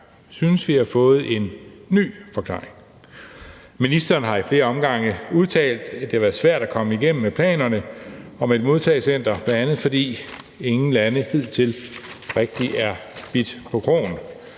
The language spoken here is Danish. synes vi at have fået en ny forklaring. Ministeren har ad flere omgange udtalt, at det har været svært at komme igennem med planerne om et modtagecenter, bl.a. fordi ingen lande hidtil rigtig er bidt på krogen